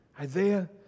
Isaiah